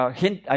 hint